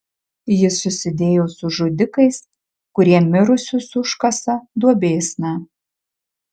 jis susidėjo su žudikais kurie mirusius užkasa duobėsna